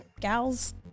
gals